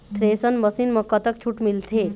Thresher machine म कतक छूट मिलथे?